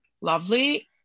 lovely